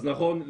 נכון,